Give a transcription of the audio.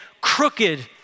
crooked